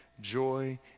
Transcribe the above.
Joy